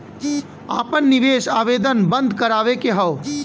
आपन निवेश आवेदन बन्द करावे के हौ?